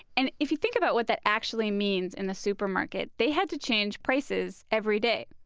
and if you think about what that actually means in the supermarket, they had to change prices every day.